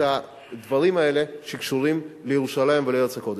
הדברים האלה שקשורים לירושלים ולארץ הקודש.